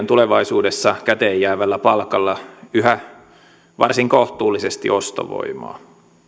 tulevaisuudessa käteenjäävällä palkalla yhä varsin kohtuullisesti ostovoimaa